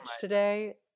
today